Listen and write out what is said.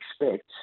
expect